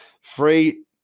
free